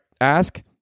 ask